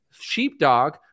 sheepdog